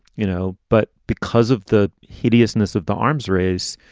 you know, but because of the hideousness of the arms race,